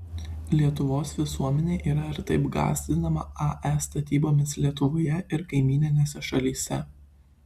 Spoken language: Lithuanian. lietuvos visuomenė yra ir taip gąsdinama ae statybomis lietuvoje ir kaimyninėse šalyse